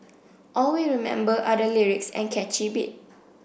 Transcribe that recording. all we remember are the lyrics and catchy beat